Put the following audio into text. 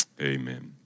Amen